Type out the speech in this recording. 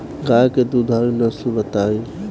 गाय के दुधारू नसल बताई?